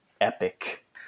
Epic